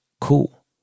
cool